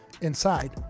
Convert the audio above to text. inside